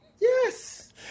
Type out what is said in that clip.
Yes